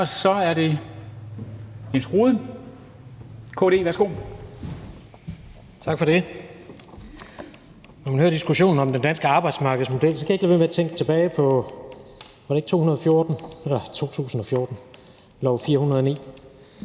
(Ordfører) Jens Rohde (KD): Tak for det. Når man hører diskussionen om den danske arbejdsmarkedsmodel, kan jeg ikke lade være med at tænke tilbage på lov 409 – var det ikke i 2014? – for